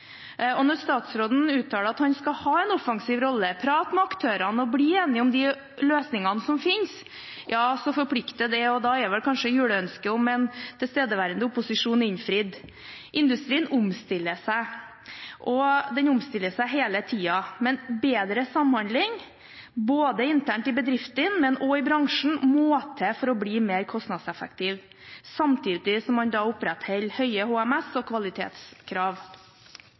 og når statsråden uttaler at han skal ha en offensiv rolle, prate med aktørene og bli enig om de løsningene som finnes, så forplikter det, og da er vel kanskje juleønsket om en tilstedeværende opposisjon innfridd. Industrien omstiller seg hele tiden. Bedre samhandling både internt i bedriftene og også i bransjen må til for at den skal bli mer kostnadseffektiv, samtidig som man opprettholder høye HMS- og kvalitetskrav.